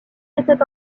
était